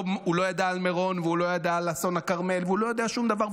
הוא לא ידע על מירון והוא לא ידע על אסון הכרמל והוא לא יודע שום דבר,